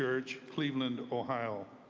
church, cleveland, ohio.